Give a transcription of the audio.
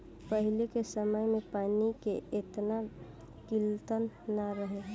पहिले के समय में पानी के एतना किल्लत ना रहे